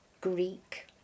Greek